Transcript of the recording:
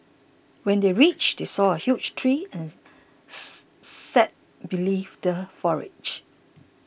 when they reached they saw a huge tree and sat beneath the foliage